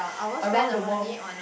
around the world